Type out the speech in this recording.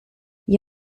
gli